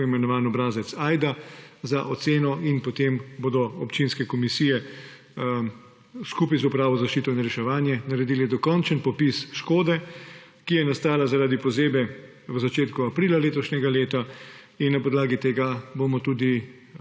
tako imenovani obrazec AJDA za oceno in potem bodo občinske komisije skupaj z Upravo za zaščito in reševanje naredile dokončen popis škode, ki je nastala zaradi pozebe v začetku aprila letošnjega leta, in na podlagi tega bomo tudi,